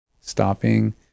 Stopping